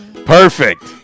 Perfect